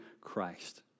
Christ